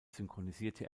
synchronisierte